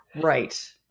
Right